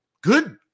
good